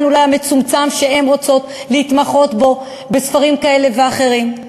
אולי המצומצם שהן רוצות להתמחות בו בספרים כאלה ואחרים?